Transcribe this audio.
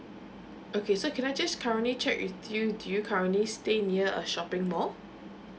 okay so can I just currently check with you do you currently stay near a shopping mall